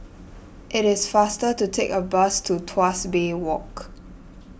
it is faster to take a bus to Tuas Bay Walk